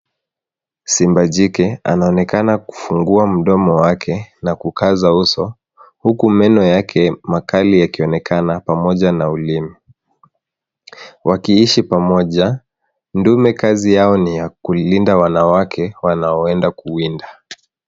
Simba jike anaonekana kufungua mdomo wake na kukaza uso huku meno yake makali yakionekana pamoja na ulimi. Waki ishi pamoja, ndume kazi yao ni ya kulinda wanawake wanaoenda kuwinda.